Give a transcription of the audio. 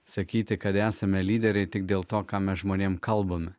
sakyti kad esame lyderiai tik dėl to ką mes žmonėms kalbame